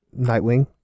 Nightwing